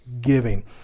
giving